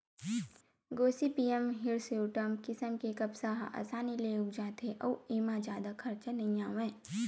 Gossypium hirsutum किसम के कपसा ह असानी ले उग जाथे अउ एमा जादा खरचा नइ आवय